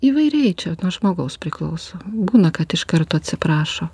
įvairiai čia nuo žmogaus priklauso būna kad iš karto atsiprašo